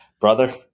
brother